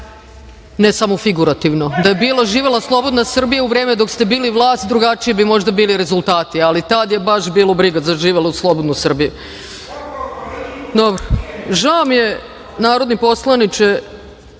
ne samo figurativno, da je bila živela slobodna Srbija u vreme dok ste bili vlast drugačije bi možda bili rezultati, ali tad je baš bilo briga za živelu slobodnu Srbiju. Žao mi je narodni poslaniče